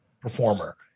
performer